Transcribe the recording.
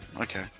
Okay